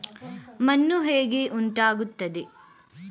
ಮಣ್ಣು ಹೇಗೆ ಉಂಟಾಗುತ್ತದೆ?